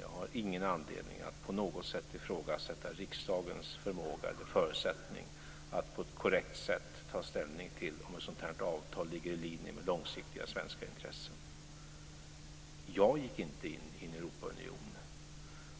Jag har ingen anledning att på något sätt ifrågasätta riksdagens förmåga eller förutsättning att på ett korrekt sätt ta ställning till om ett sådant här avtal ligger i linje med långsiktiga svenska intressen. Jag gick inte in i Europaunionen,